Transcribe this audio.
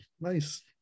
Nice